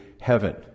heaven